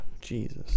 Jesus